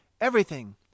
Everything